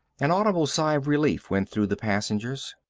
an audible sigh of relief went through the passengers.